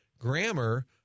grammar